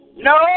No